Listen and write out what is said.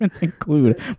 include